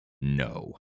no